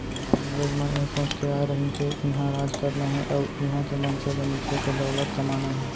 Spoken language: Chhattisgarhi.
अंगरेज मन ए सोच के आय रहिन के इहॉं राज करना हे अउ इहॉं के मनसे ल निचो के दौलत कमाना हे